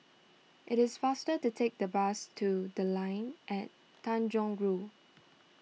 it is faster to take the bus to the Line At Tanjong Rhu